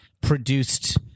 produced